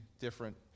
different